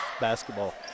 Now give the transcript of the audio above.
basketball